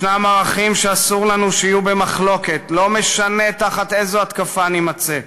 יש ערכים שאסור לנו שיהיו במחלוקת לא משנה תחת איזו התקפה נימצא.